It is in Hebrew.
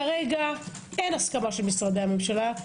כרגע אין הסכמה של משרדי הממשלה.